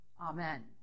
Amen